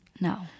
No